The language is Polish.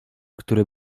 które